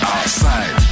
Outside